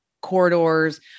corridors